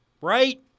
Right